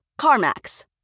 CarMax